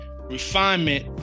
refinement